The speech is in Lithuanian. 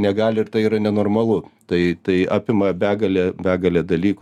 negali ir tai yra nenormalu tai tai apima begalę begalę dalykų